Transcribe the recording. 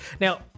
now